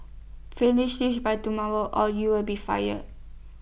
finish this by tomorrow or you'll be fired